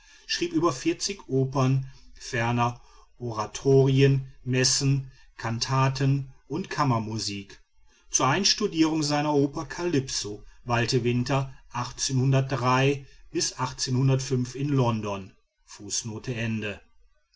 über vierzig opern ferner oratorien messen kantaten und kammermusik zur einstudierung seiner oper calypso weilte winter in